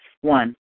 One